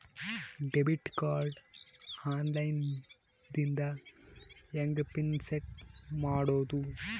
Debit card online ದಿಂದ ಹೆಂಗ್ pin set ಮಾಡೋದು?